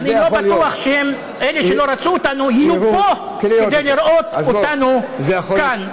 אני לא בטוח שאלה שלא רצו אותנו יהיו פה כדי לראות אותנו כאן.